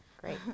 Great